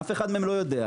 אף אחד מהם לא יודע.